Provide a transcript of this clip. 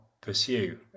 pursue